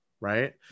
right